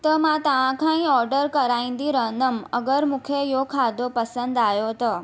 त मां तव्हांखां ई ऑडर कराईंदी रहंदमि अगरि मूंखे इहो खाधो पसंदि आहियो त